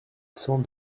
cent